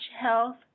health